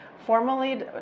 formally